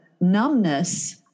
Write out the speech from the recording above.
numbness